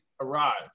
arrived